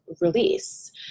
release